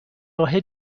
راه